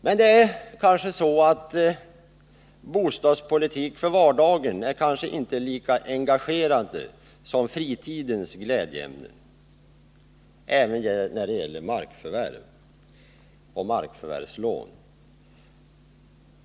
Men bostadspolitiken för vardagen är kanske inte lika engagerande som fritidens glädjeämnen även när det gäller markförvärv och markförvärvslån.